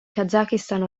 kazakistan